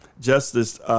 Justice